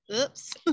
oops